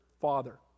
father